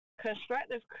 Constructive